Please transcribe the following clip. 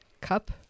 cup